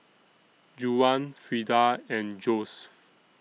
Juwan Frieda and Joesph